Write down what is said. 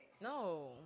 No